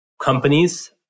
companies